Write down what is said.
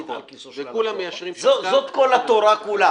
אמיתית על כיסו של ה- - -זאת כל התורה כולה.